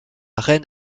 reine